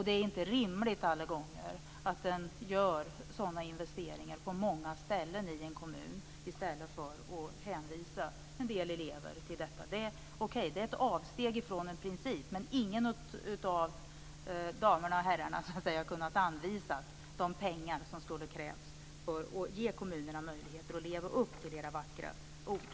Det är inte alla gånger rimligt att göra sådana investeringar på många ställen i en kommun i stället för att hänvisa en del elever till sådana ställen. Okej, det är ett avsteg från en princip men ingen av er damer och herrar har kunnat anvisa de pengar som skulle krävas för att ge kommunerna möjligheter att leva upp till era vackra ord.